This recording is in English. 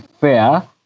fair